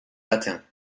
latins